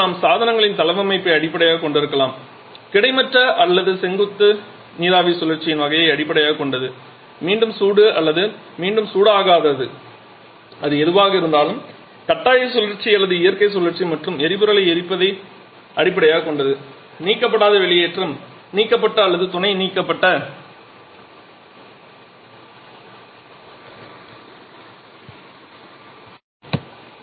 பின்னர் நாம் சாதனங்களின் தளவமைப்பை அடிப்படையாகக் கொண்டிருக்கலாம் கிடைமட்ட அல்லது செங்குத்து நீராவி சுழற்சியின் வகையை அடிப்படையாகக் கொண்டது மீண்டும் சூடு அல்லது மீண்டும் சூடாக்காதது அது எதுவாக இருந்தாலும் கட்டாய சுழற்சி அல்லது இயற்கை சுழற்சி மற்றும் எரிபொருளை எரிப்பதை அடிப்படையாகக் கொண்டது நீக்கப்படாத வெளியேற்றம் நீக்கப்பட்ட அல்லது துணை நீக்கப்பட்ட எரிதலாகும்